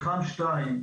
מתחם 2,